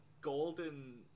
golden